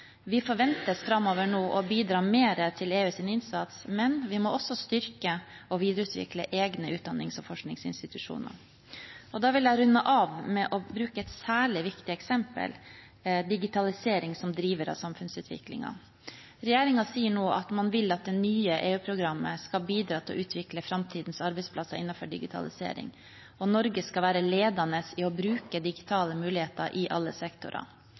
Vi forventes framover nå å bidra mer til EUs innsats, men vi må også styrke og videreutvikle egne utdannings- og forskningsinstitusjoner. Da vil jeg runde av med å bruke et særlig viktig eksempel: digitalisering som driver av samfunnsutviklingen. Regjeringen sier nå at man vil at det nye EU-programmet skal bidra til å utvikle framtidens arbeidsplasser innenfor digitalisering, og Norge skal være ledende i å bruke digitale muligheter i alle sektorer